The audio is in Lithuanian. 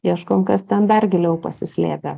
ieškom kas ten dar giliau pasislėpę